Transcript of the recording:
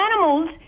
Animals